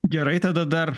gerai tada dar